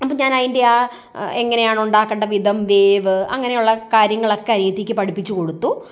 അപ്പം ഞാൻ അതിൻ്റെ ആ എങ്ങനെയാണ് ഉണ്ടാക്കേണ്ട വിധം വേവ് അങ്ങനെയുള്ള കാര്യങ്ങളൊക്കെ അനിയത്തിക്ക് പഠിപ്പിച്ചു കൊടുത്തു